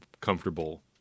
comfortable